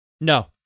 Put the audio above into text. No